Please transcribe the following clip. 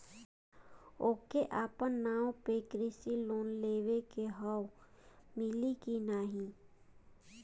ओके अपने नाव पे कृषि लोन लेवे के हव मिली की ना ही?